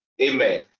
amen